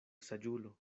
saĝulo